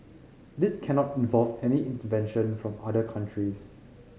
this cannot involve any intervention from other countries